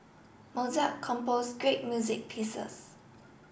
Mozart composed great music pieces